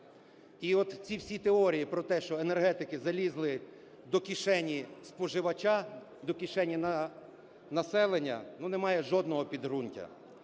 І от ці всі теорії про те, що енергетики залізли до кишені споживача, до кишені населення, ну, немає жодного підґрунтя.